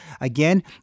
Again